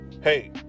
hey